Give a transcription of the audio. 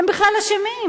הם בכלל אשמים.